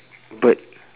bird